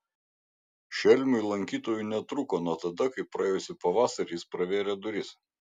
šelmiui lankytojų netrūko nuo tada kai praėjusį pavasarį jis pravėrė duris